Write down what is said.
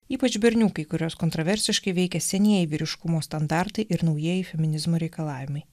ypač berniukai kuriuos kontraversiškai veikia senieji vyriškumo standartai ir naujieji feminizmo reikalavimai